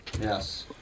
Yes